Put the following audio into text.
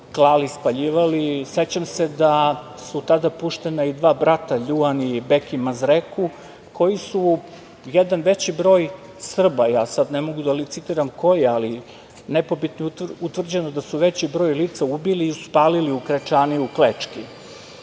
klali, spaljivali.Sećam se da su tada puštena i dva brata, Ljuan i Bekim Mazreku, koji su jedan veći broj Srba, ja sad ne mogu da licitiram koji, ali nepobitno je utvrđeno da su veći broj lica ubili i da su spalili u krečani u Klečki.